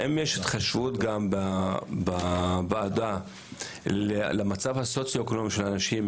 האם יש התחשבות בוועדה למצב הסוציו-אקונומי של האנשים,